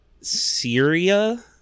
Syria